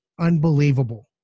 unbelievable